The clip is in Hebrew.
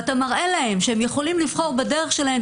ואתה מראה להם שהם יכולים לבחור בדרך שלהם,